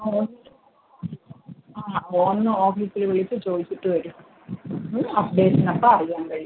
ആ ഒന്ന് ആ ഒന്ന് ഓഫീസിൽ വിളിച്ച് ചോദിച്ചിട്ട് വരൂ അപ്ഡേഷൻ അപ്പം അറിയാൻ കഴിയും